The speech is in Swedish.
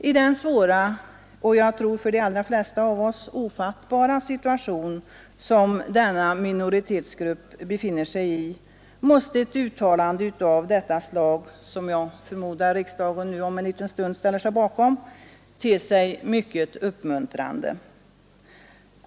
I den svåra och, jag tror för de allra flesta av oss, ofattbara situation som denna minoritetsgrupp befinner sig i, måste ett uttalande av detta slag som jag förmodar att riksdagen om en liten stund ställer sig bakom — te sig mycket uppmuntrande.